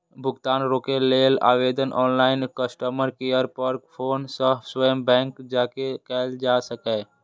भुगतान रोकै लेल आवेदन ऑनलाइन, कस्टमर केयर पर फोन सं स्वयं बैंक जाके कैल जा सकैए